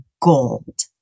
gold